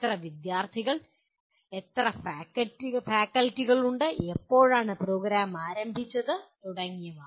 എത്ര വിദ്യാർത്ഥികൾ എത്ര ഫാക്കൽറ്റികളുണ്ട് എപ്പോഴാണ് പ്രോഗ്രാം ആരംഭിച്ചത് തുടങ്ങിയവ